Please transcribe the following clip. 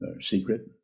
secret